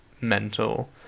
mental